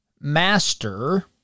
master